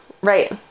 Right